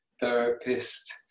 therapist